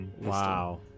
Wow